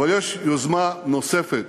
אבל יש יוזמה נוספת